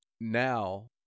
Now